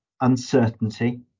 uncertainty